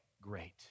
great